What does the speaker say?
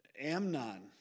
Amnon